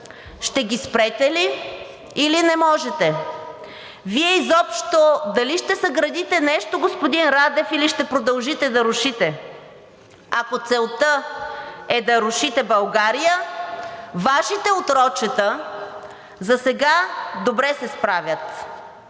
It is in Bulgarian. Ще ги спрете ли, или не можете? (Реплики: „Времето!“) Вие изобщо дали ще съградите нещо, господин Радев, или ще продължите да рушите? Ако целта е да рушите България, Вашите отрочета засега добре се справят.